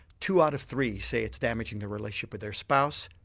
two out of three say it's damaging their relationship with their spouse,